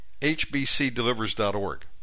HBCDelivers.org